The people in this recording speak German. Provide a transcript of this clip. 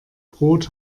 brot